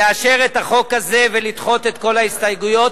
לאשר את החוק הזה ולדחות את כל ההסתייגויות.